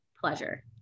pleasure